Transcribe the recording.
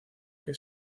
que